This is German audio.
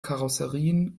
karosserien